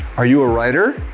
are you a writer?